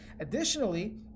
Additionally